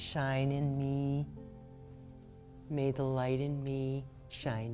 shine in me made the light in me sh